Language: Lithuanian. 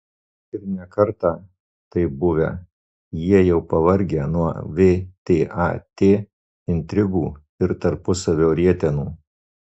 ir ne kartą taip buvę jie jau pavargę nuo vtat intrigų ir tarpusavio rietenų